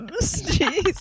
Jesus